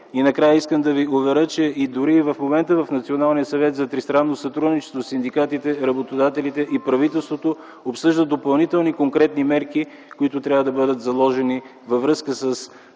Накрая, искам да ви уверя, че дори в момента в Националния съвет за тристранно сътрудничество синдикатите, работодателите и правителството обсъждат допълнителни конкретни мерки, които трябва да бъдат заложени във връзка с